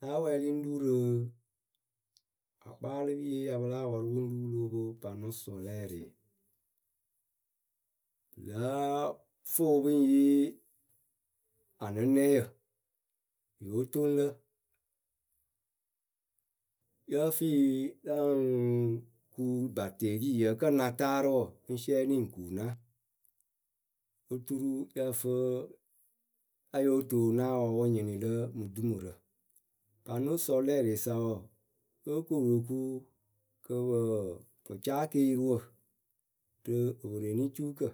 Náa wɛɛlɩ ŋ́ ru rɨ akpaalɨpiye pɨ ya pɨ láa pɔrʊ pɨ ŋ ru pɨ lóo pwo panosɔlairɩɩ Pɨ láa fʊʊ pɨ ŋ yee anɨnɛyǝ Yóo toŋ lǝ Yǝ́ǝ fɨɩ yǝ ŋ ku baterii kǝ́ ŋ na taarɨ wǝ ŋ siɛnɩ ŋ kuuna Oturu yǝ fɨ ya yóo toonaawǝ wɨ ŋ nyɩnɩ lǝ mɨ dumurǝ. Panosɔlɛrɩɩ sa wǝ. lóo koru oku kɨ pɨɨ pɨ caa keeriwǝ Rɨ epwerenicuukǝ.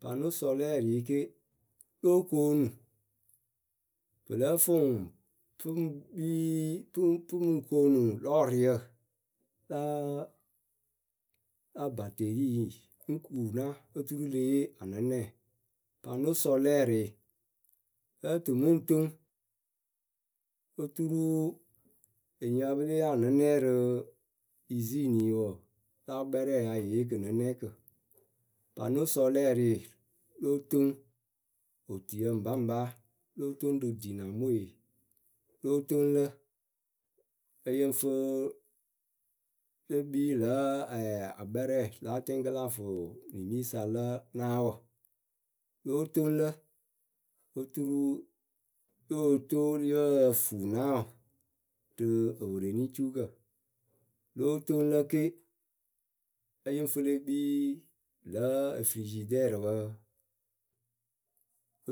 Panoisɔlɛrɩɩ ke lóo koonu. pɨ lǝ́ǝ fɨ ŋwʊ pɨ ŋ kpiii pɨŋ pɨŋ koonu lɔɔrɩyǝ La a la baterii ŋ kuuna oturu le yee anɨnɛyǝ. Panosɔlɛrɩɩ lǝ́ǝ tɨ mɨ ŋ toŋ. oturu enyiǝ pɨ ya pɨ lée yee anɨnɛ rɨ isiinii wɔɔ la akpɛrɛyǝ ya yée yee kɨnɨnɛkǝ otuyǝ ŋpaŋpa lóo toŋ rɨ dinamoe, lóo toŋ lǝ.,ǝ yɨŋ fɨ le kpii lǝ̌ a ɛɛ akpɛrɛɛ lǎ tekɨlafʊnimii sa la naawǝ Lóo toŋ lǝ oturu yóo too yǝ́ǝ fuu naawɔ rɨ epwerenicuukǝ lóo toŋ lǝ ke.,ǝ yɨ ŋ fɨ le kpii lǝ̌ǝ efɨrizidɛɛrɨpǝ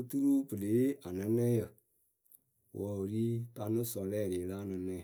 oturu pɨ lée yee anɨnɛyɛ wǝǝ wɨ ri panosɔlɛrɩɩ la anɨnɛɛ.